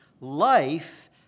life